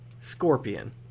scorpion